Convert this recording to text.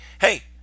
hey